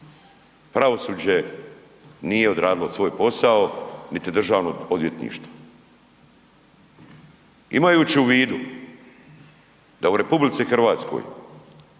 pravosuđe nije odradilo svoj posao niti Državno odvjetništvo. Imajući u vidu da u RH 2/3 je prazno